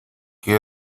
qué